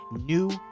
new